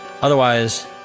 Otherwise